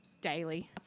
daily